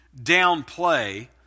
downplay